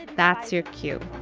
that's your cue.